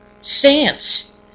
stance